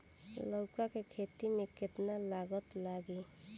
लौका के खेती में केतना लागत लागी?